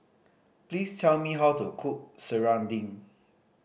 please tell me how to cook serunding